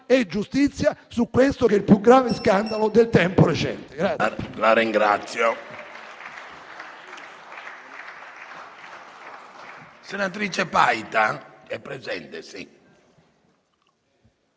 e giustizia su questo che è il più grave scandalo del tempo recente.